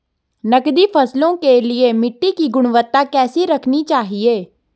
नकदी फसलों के लिए मिट्टी की गुणवत्ता कैसी रखनी चाहिए?